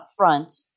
upfront